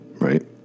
right